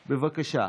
בבקשה.